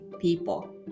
people